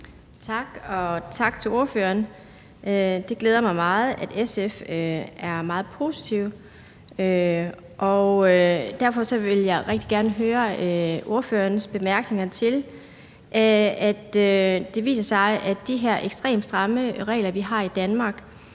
Tak. Og tak til ordføreren. Det glæder mig meget, at SF er meget positive. Derfor vil jeg rigtig gerne høre ordførerens bemærkninger til, at det viser sig, at de her ekstremt stramme regler, vi har i Danmark,